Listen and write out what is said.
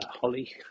Holly